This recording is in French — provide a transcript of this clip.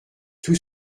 tout